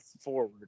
forward